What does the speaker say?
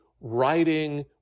writing